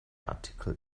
artikel